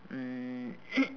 mm